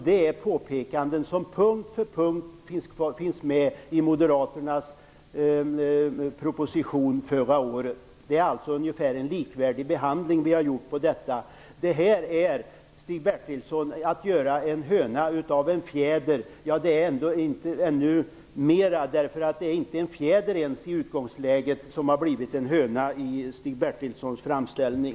Det är påpekanden som på punkt efter punkt finns med i moderaternas förslag förra året. Det är alltså ungefär en likvärdig behandling nu. Det här är, Stig Bertilsson, att göra en höna av en fjäder. Det är ännu mer, därför att det inte ens var en fjäder i utgångsläget som blivit en höna i Stig Bertilssons framställning.